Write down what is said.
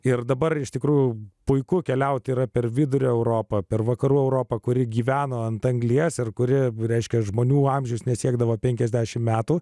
ir dabar iš tikrųjų puiku keliauti yra per vidurio europą per vakarų europą kuri gyveno ant anglies ir kuri reiškia žmonių amžius nesiekdavo penkiasdešimt metų